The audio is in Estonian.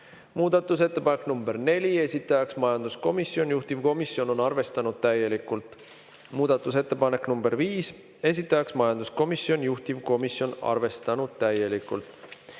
Muudatusettepanek nr 4, esitaja on majanduskomisjon, juhtivkomisjon on arvestanud täielikult. Muudatusettepanek nr 5, esitanud majanduskomisjon, juhtivkomisjon on arvestanud täielikult.